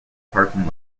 parking